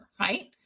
right